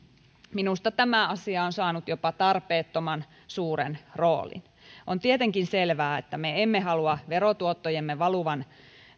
minusta tämä asia on saanut jopa tarpeettoman suuren roolin on tietenkin selvää että me emme halua verotuottojemme valuvan